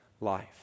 life